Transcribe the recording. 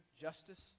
justice